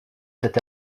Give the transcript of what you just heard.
cet